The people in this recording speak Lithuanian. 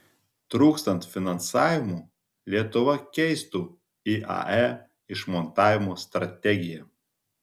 trūkstant finansavimo lietuva keistų iae išmontavimo strategiją